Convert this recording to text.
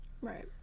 Right